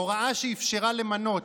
הוראה שאפשרה למנות